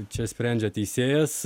čia sprendžia teisėjas